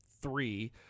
three